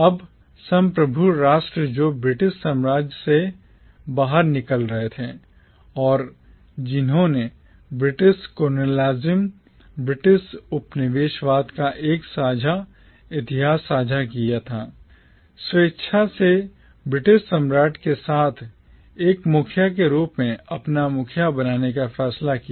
अब संप्रभु राष्ट्र जो ब्रिटिश साम्राज्य से बाहर निकल रहे थे और जिन्होंने British colonialism ब्रिटिश उपनिवेशवाद का एक साझा इतिहास साझा किया था स्वेच्छा से ब्रिटिश सम्राट के साथ एक मुखिया के रूप में अपना मुखिया बनाने का फैसला किया